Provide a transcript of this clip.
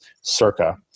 circa